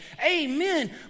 Amen